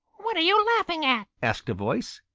what are you laughing at? asked a voice.